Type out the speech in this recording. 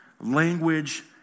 language